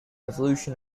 evolution